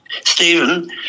Stephen